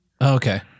Okay